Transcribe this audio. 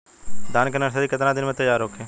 धान के नर्सरी कितना दिन में तैयार होई?